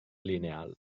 lineal